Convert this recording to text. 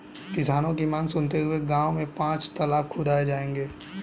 किसानों की मांग सुनते हुए गांव में पांच तलाब खुदाऐ जाएंगे